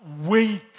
wait